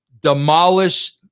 demolish